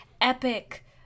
epic